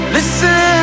Listen